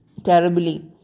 Terribly